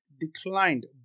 declined